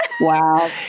Wow